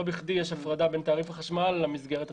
לא בכדי יש הפרדה בין תעריף החשמל לבין המסגרת התקציבית.